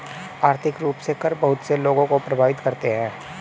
आर्थिक रूप से कर बहुत से लोगों को प्राभावित करते हैं